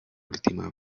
última